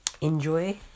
enjoy